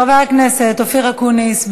חבר הכנסת אופיר אקוניס.